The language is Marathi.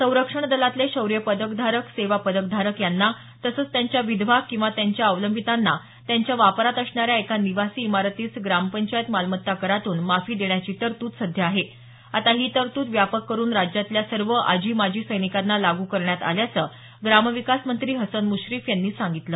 संरक्षण दलातले शौर्य पदकधारक सेवा पदकधारक यांना तसंच त्यांच्या विधवा किंवा त्यांच्या अवलंबितांना त्यांच्या वापरात असणाऱ्या एका निवासी इमारतीस ग्रामपंचायत मालमत्ता करातून माफी देण्याची तरतूद सध्या आहे आता ही तरतूद व्यापक करुन राज्यातल्या सर्व आजी माजी सैनिकांना लागू करण्यात आल्याचं ग्रामविकास मंत्री हसन मुश्रीफ यांनी सांगितलं